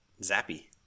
Zappy